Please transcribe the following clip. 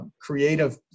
creative